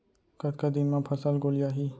कतका दिन म फसल गोलियाही?